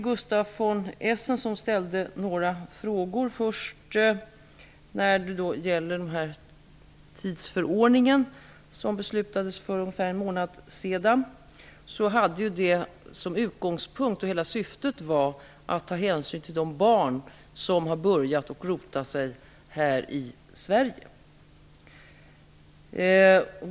Gustaf von Essen ställde några frågor om den tidsförordning som det fattades beslut om för ungefär en månad sedan. Hela syftet med den var att ta hänsyn till de barn som har börjat rota sig här i Sverige.